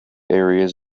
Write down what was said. areas